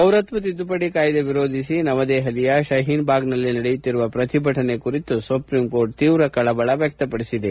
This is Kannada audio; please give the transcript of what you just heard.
ಪೌರತ್ನ ತಿದ್ದುಪಡಿ ಕಾಯಿದೆ ವಿರೋಧಿಸಿ ನವದೆಹಲಿಯ ಶಹೀನ್ ಭಾಗ್ನಲ್ಲಿ ನಡೆಯುತ್ತಿರುವ ಪ್ರತಿಭಟನೆ ಕುರಿತು ಸುಪ್ರೀಂ ಕೋರ್ಚ್ ತೀವ್ರ ಆತಂಕ ವ್ಯಕ್ತಪದಿಸಿದೆ